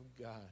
God